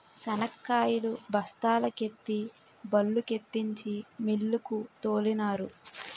శనక్కాయలు బస్తాల కెత్తి బల్లుకెత్తించి మిల్లుకు తోలినారు